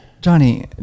johnny